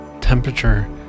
temperature